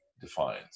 defines